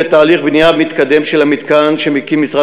בתהליך בנייה מתקדם של המתקן שמשרד